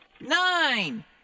nine